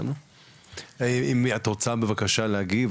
את רוצה בבקשה להגיב,